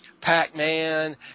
pac-man